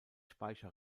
speicher